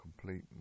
complete